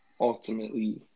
Ultimately